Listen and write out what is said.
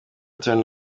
turner